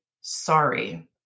sorry